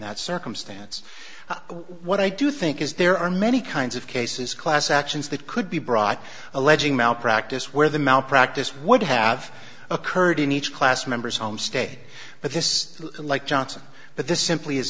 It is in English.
that circumstance what i do think is there are many kinds of cases class actions that could be brought a legit malpractise where the malpractise would have occurred in each class members homestay but this like johnson but this simply is